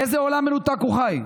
באיזה עולם מנותק הוא חי?